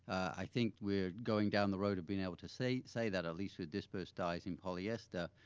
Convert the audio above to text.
i think we're going down the road of being able to say say that at least with disperse dyes in polyester,